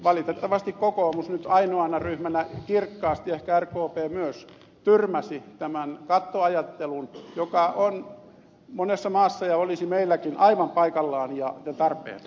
valitettavasti kokoomus nyt ainoana ryhmänä kirkkaasti ehkä rkp myös tyrmäsi tämän kattoajattelun joka on monessa maassa ja olisi meilläkin aivan paikallaan ja tarpeen